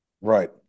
Right